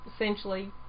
essentially